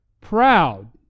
proud